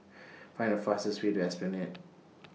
Find The fastest Way to Esplanade